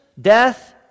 death